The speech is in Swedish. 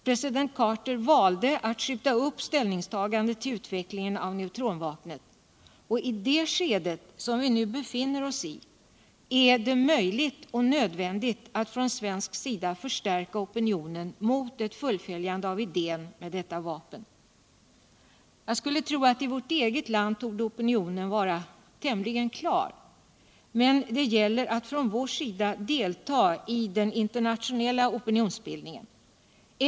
President Carter valde att skjuta upp ställningstagandet till utvecklingen av neutronvapnet. I det skede som vt nu befinner oss i är det möjligt och nödvändigt att från svensk sida förstärka opinionen mot ett fullföljande av idén med detta vapen. I vårt eget land torde opinionen mot neutronbomben vara tämligen klar, men det gäller att från vår sida delta i den internationella opinionsbildningen.